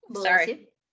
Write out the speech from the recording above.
sorry